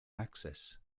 access